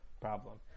problem